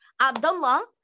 Abdullah